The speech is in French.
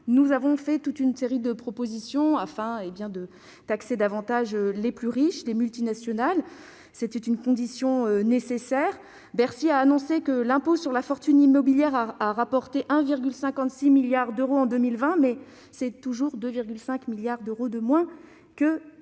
Nous avons fait toute une série de propositions afin de taxer davantage les plus riches, les multinationales. C'est pour nous une nécessité. Bercy a annoncé que l'impôt sur la fortune immobilière a rapporté 1,56 milliard d'euros en 2020, mais c'est toujours 2,5 milliards d'euros de moins que l'ISF